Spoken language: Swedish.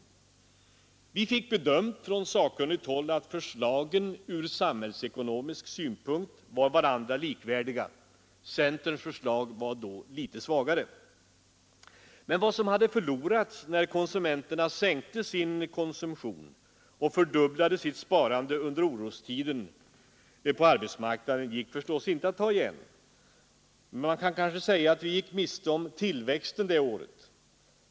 Vi fick från sakkunnigt håll den bedömningen att förslagen ur samhällsekonomisk synpunkt var varandra likvärdiga; centerns förslag var litet svagare. Men vad som hade förlorats när konsumenterna sänkte sin konsumtion och fördubblade sitt sparande under orostiden på arbetsmarknaden gick förstås inte att ta igen. Man kan kanske säga att vi gick miste om tillväxten det året.